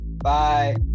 Bye